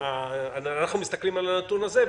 אנחנו מסתכלים על הנתון הזה,